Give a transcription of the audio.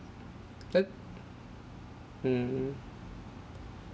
then hmm